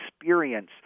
experience